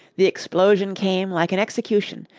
the explosion came like an execution,